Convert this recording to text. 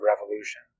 revolution